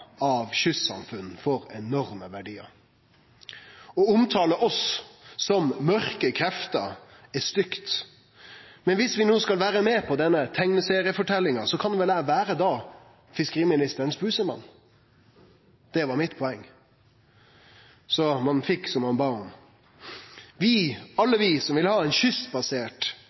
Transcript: av kystsamfunn for enorme verdiar. Å omtale oss om «mørke krefter» er stygt. Men dersom vi no skal vere med på denne teikneserieforteljinga, kan vel eg da vere fiskeriministerens busemann – det var mitt poeng. Så ein fekk som ein bad om. Alle vi som vil ha ein kystbasert